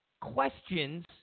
questions